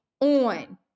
on